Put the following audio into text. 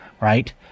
right